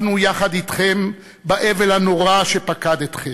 אנחנו יחד אתכם באבל הנורא שפקד אתכם.